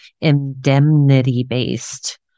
indemnity-based